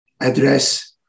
address